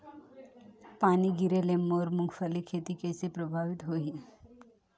पानी गिरे ले मोर मुंगफली खेती कइसे प्रभावित होही?